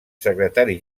secretari